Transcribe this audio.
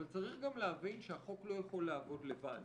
אבל צריך גם להבין שהחוק לא יכול לעבוד לבד.